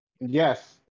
yes